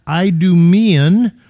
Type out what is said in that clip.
Idumean